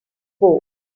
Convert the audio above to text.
bow